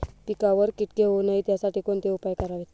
पिकावर किटके होऊ नयेत यासाठी कोणते उपाय करावेत?